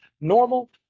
normal